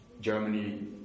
Germany